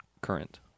current